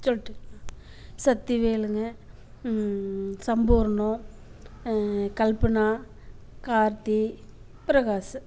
சொட்டு சக்திவேலுங்க சம்பூரணம் கல்பனா கார்த்தி பிரகாஷு